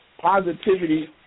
positivity